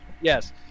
Yes